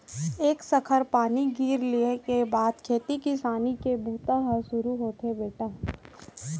एक सखर पानी गिर लिये के बाद खेती किसानी के बूता ह सुरू होथे बेटा